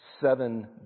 seven